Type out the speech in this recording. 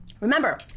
Remember